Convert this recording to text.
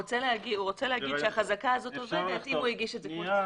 הוא רוצה להגיד שהחזקה הזו קיימת אם הוא הגיש את זה כמו שצריך.